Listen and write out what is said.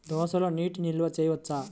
దోసలో నీటి నిల్వ చేయవచ్చా?